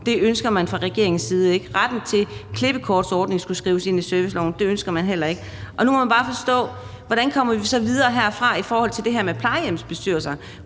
det ønsker man fra regeringens side ikke. Det er også, at retten til klippekortordningen skulle skrives ind i serviceloven. Det ønsker man heller ikke. Og for at forstå det vil jeg bare spørge: Hvordan kommer vi så videre herfra i forhold til det her med plejehjemsbestyrelser?